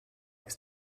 ist